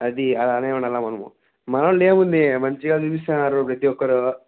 అది అలానే ఉండాలా మనము మనోళ్ళేముంది మంచిగా చూపిస్తున్నారు ప్రతి ఒక్కరూ